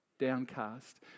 downcast